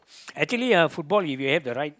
actually ah football if you have the right